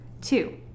Two